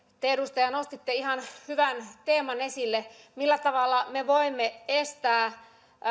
te edustaja nostitte ihan hyvän teeman esille millä tavalla me voimme estää